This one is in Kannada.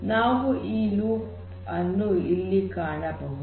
ನಾವು ಈ ಲೂಪ್ ಅನ್ನು ಇಲ್ಲಿ ಕಾಣಬಹುದು